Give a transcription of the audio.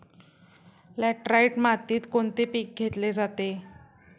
Laterite मातीत कोणते पीक घेतले जाते?